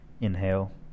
inhale